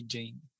Jane